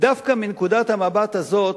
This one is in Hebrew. דווקא מנקודת המבט הזאת,